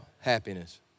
happiness